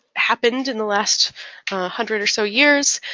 happened in the last hundred or so years,